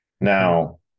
now